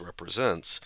represents